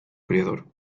creador